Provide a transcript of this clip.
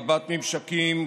רבת-ממשקים,